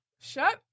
Shut